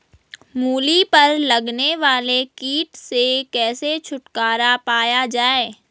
मूली पर लगने वाले कीट से कैसे छुटकारा पाया जाये?